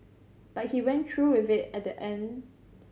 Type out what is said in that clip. but he went through with it at the end